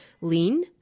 lean